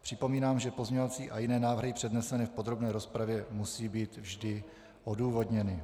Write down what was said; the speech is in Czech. Připomínám, že pozměňovací a jiné návrhy přednesené v podrobné rozpravě musí být vždy odůvodněny.